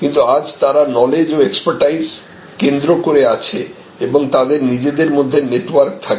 কিন্তু আজ তারা নলেজ ও এক্সপার্টিজ কেন্দ্র করে আছে এবং তাদের নিজেদের মধ্যে নেটওয়ার্ক থাকে